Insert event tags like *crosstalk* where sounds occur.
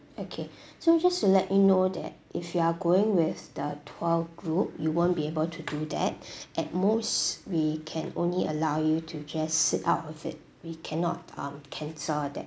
okay so just to let you know that if you are going with the tour group you won't be able to do that *breath* at most we can only allow you to just sit out of it we cannot um cancel that